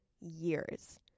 years